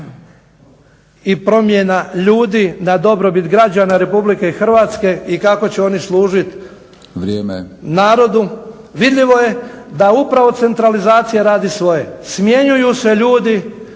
i promjena ljudi na dobrobit građana Republike Hrvatske i kako će oni služit narodu. … /Upadica Milorad Batinić: Vrijeme./… Vidljivo je da upravo centralizacija radi svoje, smjenjuju se ljudi